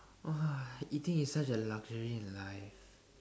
!wah! eating is such a luxury in life